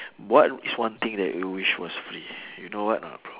what is one thing that you wish was free you know what or not bro